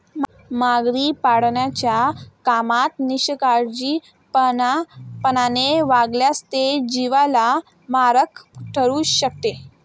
मगरी पाळण्याच्या कामात निष्काळजीपणाने वागल्यास ते जीवाला मारक ठरू शकते